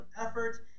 effort